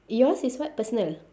yours is what personal